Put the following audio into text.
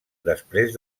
després